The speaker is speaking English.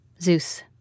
Zeus